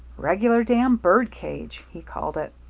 regular damn bird cage, he called it.